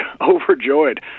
overjoyed